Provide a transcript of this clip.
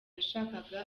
yashakaga